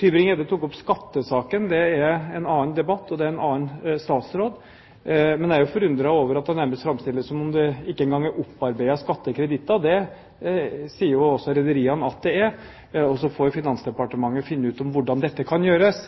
Tybring-Gjedde tok opp skattesaken. Det er en annen debatt, og det gjelder en annen statsråd, men jeg er jo forundret over at han nærmest framstiller det som om det ikke engang er opparbeidet skattekreditter. Det sier også rederiene at det er, og så får Finansdepartementet finne ut hvordan dette kan gjøres